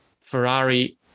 Ferrari